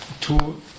two